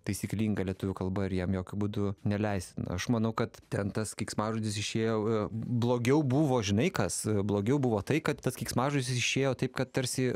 taisyklinga lietuvių kalba ir jam jokiu būdu neleistina aš manau kad ten tas keiksmažodis išėjo blogiau buvo žinai kas blogiau buvo tai kad tas keiksmažodis išėjo taip kad tarsi